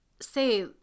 say